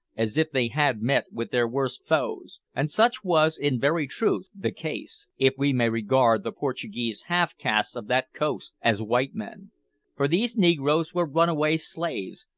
as if they had met with their worst foes and such was in very truth the case if we may regard the portuguese half-castes of that coast as white men for these negroes were runaway slaves,